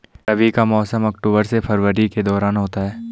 रबी का मौसम अक्टूबर से फरवरी के दौरान होता है